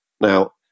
Now